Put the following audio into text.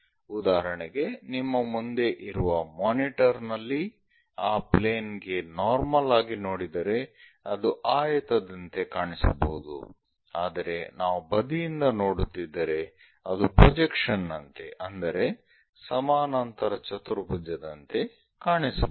ಉದಾಹರಣೆಗೆ ನಿಮ್ಮ ಮುಂದೆ ಇರುವ ಮಾನಿಟರ್ ನಲ್ಲಿ ಆ ಪ್ಲೇನ್ ಗೆ ನಾರ್ಮಲ್ ಆಗಿ ನೋಡಿದರೆ ಅದು ಆಯತದಂತೆ ಕಾಣಿಸಬಹುದು ಆದರೆ ನಾವು ಬದಿಯಿಂದ ನೋಡುತ್ತಿದ್ದರೆ ಅದು ಪ್ರೊಜೆಕ್ಷನ್ ನಂತೆ ಅಂದರೆ ಸಮಾನಾಂತರ ಚತುರ್ಭುಜದಂತೆ ಕಾಣಿಸಬಹುದು